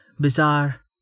bizarre